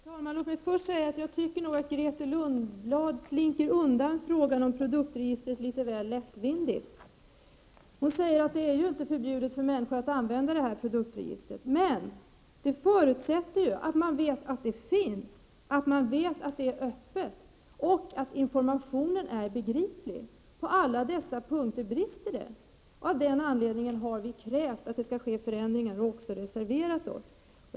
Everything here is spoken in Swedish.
Fru talman! Låt mig först säga att jag nog tycker att Grethe Lundblad slinker undan frågan om produktregistret litet väl lättvindigt. Hon säger att det juinte är förbjudet för människor att använda produktregistret. Men det förutsätter ju att man vet att det finns och att det är öppet — och att informationen är begriplig. På alla dessa punkter brister det. Av den anledningen har vi krävt förändringar, och vi har också reserverat oss.